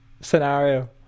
Scenario